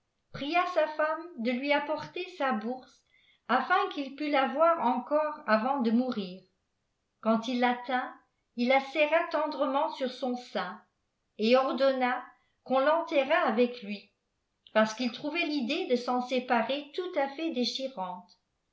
pria sa fanme de lui apporter sa bourse afin qu'il pût la voir encore avant de mourir quand il la tint il la serra tendrement sur son sein et ordonna qu'on tenterrt avec lui parce qu'il trouvait vidée de s'en séparer tout à fait déchirante